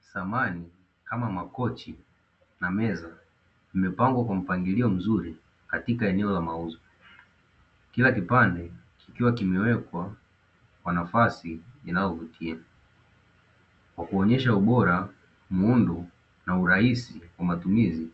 Samani kama makochi na meza vimepangwa kwa mpangilio mzuri katika eneo la mauzo, kila kipande kikiwa kimewekwa kwa nafasi inayovutia kwa kuonyesha ubora, muundo na urahisi kwa matumizi